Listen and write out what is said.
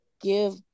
give